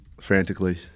frantically